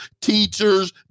teachers